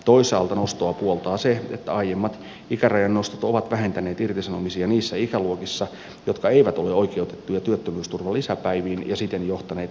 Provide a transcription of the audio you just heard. toisaalta nostoa puoltaa se että aiemmat ikärajan nostot ovat vähentäneet irtisanomisia niissä ikäluokissa jotka eivät ole oikeutettuja työttömyysturvan lisäpäiviin ja siten johtaneet ikääntyneiden korkeampaan työllisyyteen